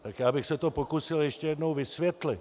Tak já bych se to pokusil ještě jednou vysvětlit.